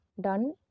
done